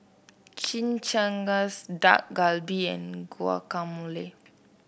Chimichangas Dak Galbi and Guacamole